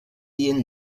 dient